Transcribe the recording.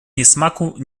niesmaku